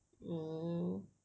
mm